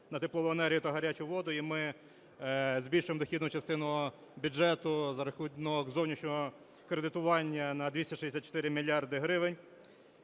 на теплову енергію та гарячу воду. І ми збільшимо дохідну частину бюджету за рахунок зовнішнього кредитування на 264 мільярди гривень.